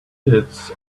its